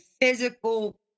physical